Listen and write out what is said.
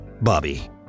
Bobby